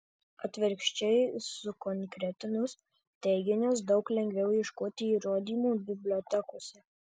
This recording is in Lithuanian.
atvirkščiai sukonkretinus teiginius daug lengviau ieškoti įrodymų bibliotekose